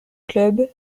club